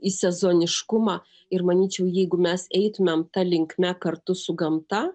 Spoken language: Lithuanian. į sezoniškumą ir manyčiau jeigu mes eitumėm ta linkme kartu su gamta